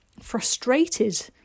frustrated